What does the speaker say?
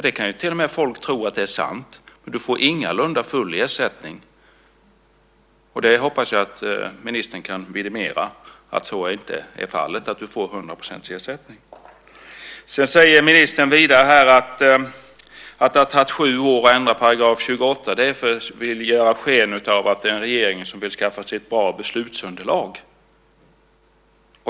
Det kan ju folk till och med tro är sant, men man får ingalunda full ersättning. Jag hoppas att ministern kan vidimera att så inte är fallet att man får hundra procents ersättning. Ministern säger vidare att det har tagit sju år att ändra § 28. Det är för att hon vill göra sken av att det är en regering som vill skaffa sig ett bra beslutsunderlag.